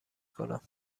کنم